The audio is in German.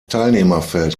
teilnehmerfeld